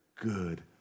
good